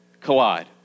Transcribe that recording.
collide